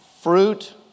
Fruit